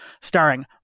starring